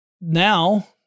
now